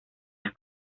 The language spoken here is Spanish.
las